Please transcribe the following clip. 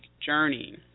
journey